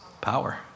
Power